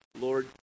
Lord